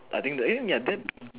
I think the ya that